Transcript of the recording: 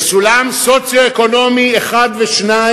בסולם סוציו-אקונומי 1 ו-2,